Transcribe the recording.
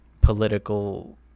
political